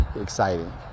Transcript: exciting